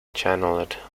channeled